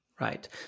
Right